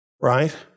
Right